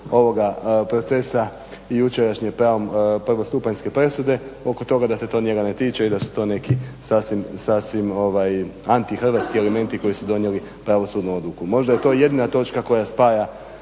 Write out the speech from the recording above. ovoga procesa jučerašnje prvostupanjske presude, oko toga da se to njega ne tiče i da su to neki sasvim antihrvatski elementi koji su donijeli pravosudnu odluku. Možda je to jedina točka koja spaja